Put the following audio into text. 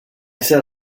said